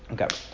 Okay